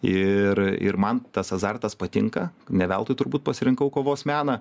ir ir man tas azartas patinka ne veltui turbūt pasirinkau kovos meną